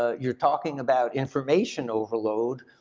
ah you're talking about information overload,